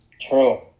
True